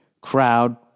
crowd